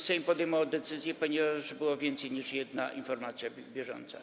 Sejm podejmował decyzję, ponieważ była więcej niż jedna informacja bieżąca.